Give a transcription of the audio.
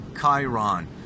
Chiron